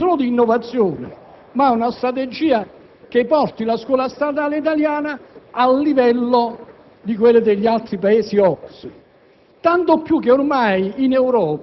Le statistiche OCSE delineano, per quanto riguarda la scuola italiana, uno scenario più che allarmante: